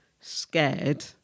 scared